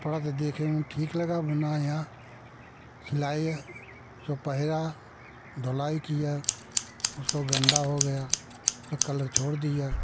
कपड़ा ता देखने में ठीक लगा बनाया सिलाई तो पहना धुलाई किया उसको गन्दा हो गया आ कलर छोड़ दिया